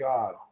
God